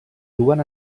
duen